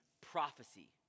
prophecy